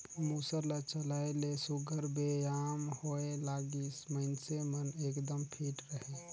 मूसर ल चलाए ले सुग्घर बेयाम होए लागिस, मइनसे मन एकदम फिट रहें